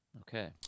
Okay